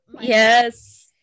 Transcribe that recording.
yes